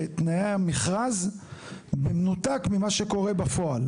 לתנאי המכרז במנותק ממה שקורה בפועל.